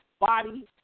body